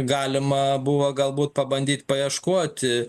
galima buvo galbūt pabandyt paieškoti